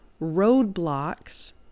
roadblocks